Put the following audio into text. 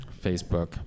Facebook